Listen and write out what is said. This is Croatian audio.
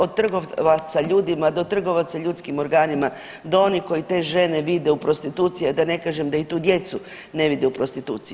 Od trgovaca ljudima do trgovaca ljudskim organima do onih koji te žene vide u prostituciji, a da ne kažem da i tu djecu ne vide u prostituciji.